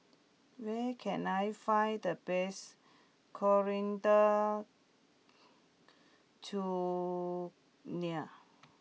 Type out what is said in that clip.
where can I find the best Coriander Chutney